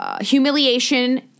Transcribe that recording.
Humiliation